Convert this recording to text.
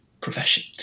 profession